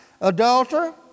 adulterer